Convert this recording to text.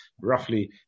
roughly